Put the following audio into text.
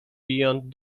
beyond